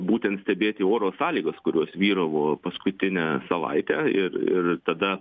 būtent stebėti oro sąlygas kurios vyravo paskutinę savaitę ir ir tada